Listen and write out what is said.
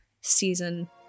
season